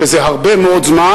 שזה הרבה מאוד זמן.